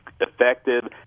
effective